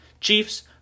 Chiefs